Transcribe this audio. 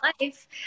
life